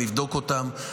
נבדוק אותם,